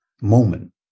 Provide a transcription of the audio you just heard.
moment